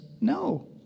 no